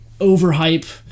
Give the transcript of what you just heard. overhype